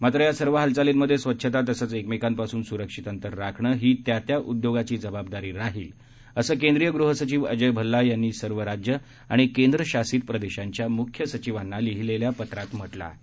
मात्र या सर्व हालचालींमधे स्वच्छता तसंच एकमेकांपासून सुरक्षित अंतर राखणं ही त्या त्या उद्योगाची जबाबदारी राहील असं केंद्रीय गृह सचिव अजय भल्ला यांनी सर्व राज्यं आणि केंद्रशासित प्रदेशांच्या मुख्य सचिवांना लिहीलेल्या पत्रात म्हटलं आहे